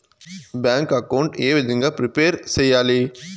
Bank account ఏ విధంగా prepare సెయ్యాలి?